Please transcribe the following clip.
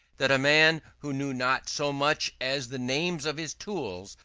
that a man who knew not so much as the names of his tools,